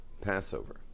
Passover